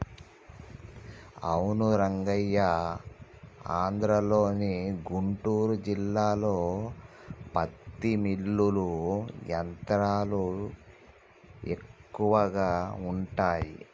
అవును రంగయ్య ఆంధ్రలోని గుంటూరు జిల్లాలో పత్తి మిల్లులు యంత్రాలు ఎక్కువగా ఉంటాయి